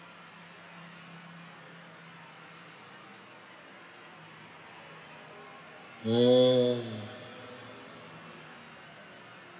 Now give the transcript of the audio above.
mm